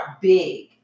big